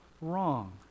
Wrong